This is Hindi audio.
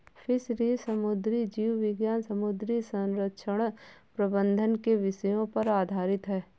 फिशरीज समुद्री जीव विज्ञान समुद्री संरक्षण प्रबंधन के विषयों पर आधारित है